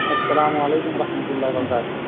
السلام علیکم و رحمتہ اللہبرکاتہ